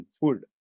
food